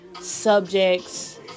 subjects